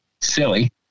silly